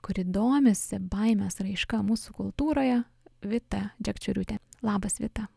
kuri domisi baimės raiška mūsų kultūroje vita džekčioriūtė labas vita